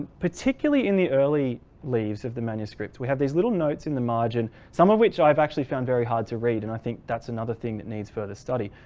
particularly in the early leaves of the manuscript. we have these little notes in the margin some of which i've actually found very hard to read and i think that's another thing that needs further study.